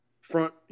front